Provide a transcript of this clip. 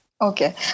Okay